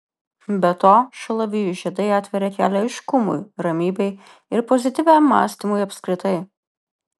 be to šalavijų žiedai atveria kelią aiškumui ramybei ir pozityviam mąstymui apskritai